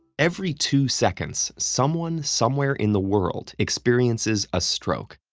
every two seconds, someone somewhere in the world experiences a stroke.